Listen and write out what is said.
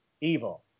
evil